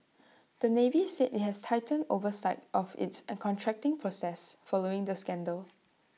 the navy said IT has tightened oversight of its an contracting process following the scandal